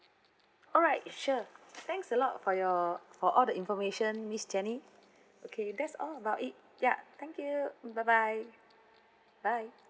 alright sure thanks a lot for your for all the information miss jenny okay that's all about it ya thank you bye bye bye